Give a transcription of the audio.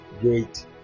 Great